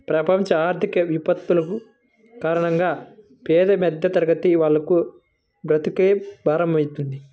ప్రపంచ ఆర్థిక విపత్తుల కారణంగా పేద మధ్యతరగతి వాళ్లకు బ్రతుకే భారమైపోతుంది